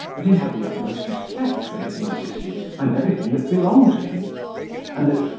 that he had the utmost respect for his majesty, and everything that belonged to him and that,